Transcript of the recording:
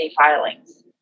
filings